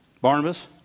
Barnabas